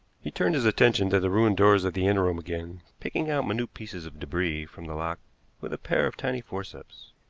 he turned his attention to the ruined doors of the inner room again, picking out minute pieces of debris from the lock with a pair of tiny forceps,